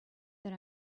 that